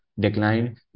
decline